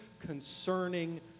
concerning